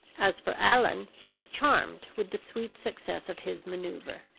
as for allan, he was charmed with the sweet success of his maneuver.